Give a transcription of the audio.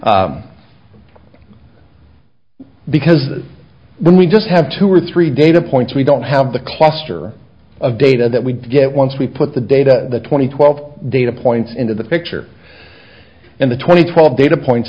rhonda because when we just have two or three data points we don't have the cluster of data that we get once we put the data the two thousand and twelve data points into the picture and the twenty twelve data points